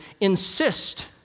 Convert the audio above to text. insist